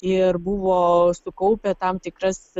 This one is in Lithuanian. ir buvo sukaupę tam tikras